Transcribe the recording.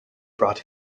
brought